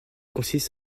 consiste